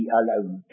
alone